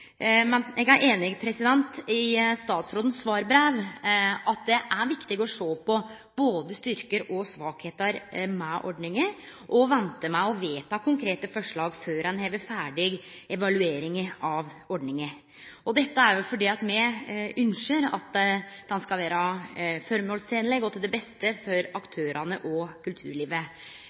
Men eg er einig med statsråden i svarbrevet hennar, at det er viktig å sjå på både styrkar og svakheiter ved ordninga og vente med å vedta konkrete forslag før ein har ferdig evalueringa av ordninga – dette fordi me ynskjer at ho skal vere føremålstenleg og til det beste for aktørane og kulturlivet.